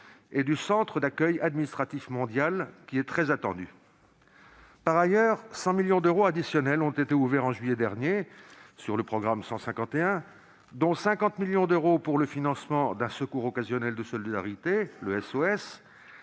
et du centre d'accueil administratif mondial, qui est très attendu. Par ailleurs, des crédits additionnels de 100 millions d'euros ont été ouverts en juillet dernier sur le programme 151, dont 50 millions d'euros pour le financement d'un secours occasionnel de solidarité, ou SOS,